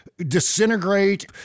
disintegrate